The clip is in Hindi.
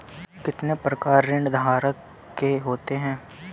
कितने प्रकार ऋणधारक के होते हैं?